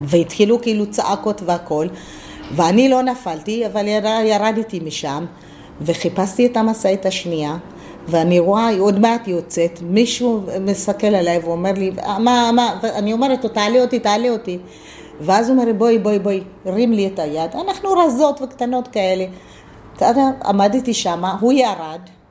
והתחילו כאילו צעקות והכל ואני לא נפלתי, אבל ירדתי משם וחיפשתי את המשאית השנייה ואני רואה, היא עוד מעט יוצאת, מישהו מסתכל עליי ואומר לי מה, מה? ואני אומרת לו, תעלה אותי, תעלה אותי ואז הוא אומר, בואי, בואי, בואי, הרים לי את היד, אנחנו רזות וקטנות כאלה ואז עמדתי שמה, הוא ירד